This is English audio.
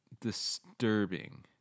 disturbing